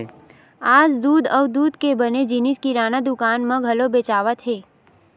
आज दूद अउ दूद के बने जिनिस किराना दुकान म घलो बेचावत हे